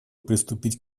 приступить